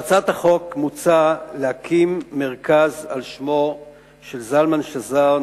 בהצעת החוק מוצע להקים מרכז על שמו של זלמן שזר,